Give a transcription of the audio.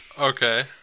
Okay